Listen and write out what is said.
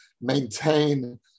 maintain